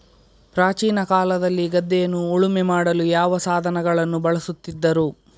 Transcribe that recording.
ಪ್ರಾಚೀನ ಕಾಲದಲ್ಲಿ ಗದ್ದೆಯನ್ನು ಉಳುಮೆ ಮಾಡಲು ಯಾವ ಸಾಧನಗಳನ್ನು ಬಳಸುತ್ತಿದ್ದರು?